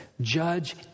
Judge